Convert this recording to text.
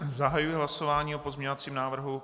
Zahajuji hlasování o pozměňovacím návrhu K2.